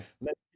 Let